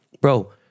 bro